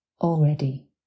Already